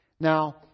Now